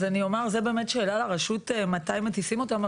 זאת באמת שאלה לרשות מתי מטיסים אותם.